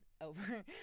over